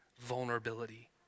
vulnerability